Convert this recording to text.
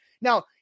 Now